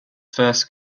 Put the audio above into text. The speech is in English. first